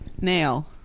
nail